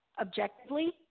objectively